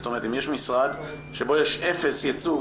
זאת אומרת אם יש משרד שבו יש אפס ייצוג,